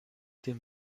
dem